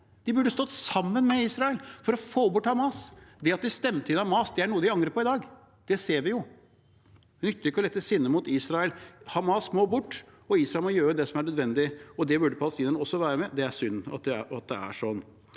De burde stått sammen med Israel for å få bort Hamas. Det at de stemte inn Hamas, er noe de angrer på i dag, det ser vi jo. Det nytter ikke å rette sinnet mot Israel, Hamas må bort, og Israel må gjøre det som er nødvendig. Det burde palestinerne også være med på. Det er synd at det er sånn.